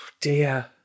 dear